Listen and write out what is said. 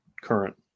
current